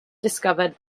discovered